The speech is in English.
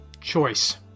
choice